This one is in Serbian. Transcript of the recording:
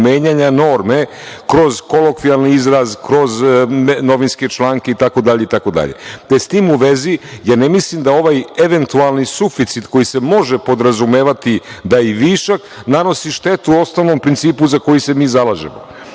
menjanja norme, kroz kolokvijalni izraz, kroz novinske članke itd. S tim u vezi, ne mislim da ovaj eventualni suficit koji se može podrazumevati da je višak, nanosi štetu ostalom principu za koji se mi zalažemo. Pazite,